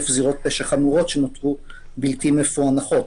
זירות פשע חמורות שנותרו בלתי מפוענחות,